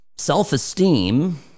Self-esteem